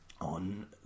on